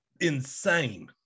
insane